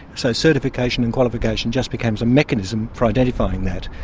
so certification and qualification just becomes a mechanism for identifying that.